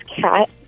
cat